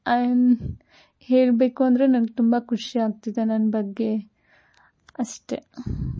ಹೇಳಬೇಕು ಅಂದರೆ ನನ್ಗೆ ತುಂಬ ಖುಷಿ ಆಗ್ತಿದೆ ನನ್ನ ಬಗ್ಗೆ ಅಷ್ಟೆ